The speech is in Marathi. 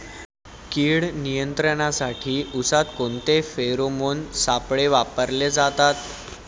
कीड नियंत्रणासाठी उसात कोणते फेरोमोन सापळे वापरले जातात?